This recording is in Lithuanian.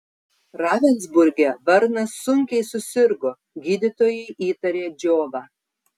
ravensburge varnas sunkiai susirgo gydytojai įtarė džiovą